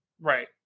right